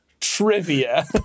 trivia